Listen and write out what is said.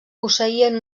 posseïen